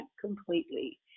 completely